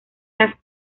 las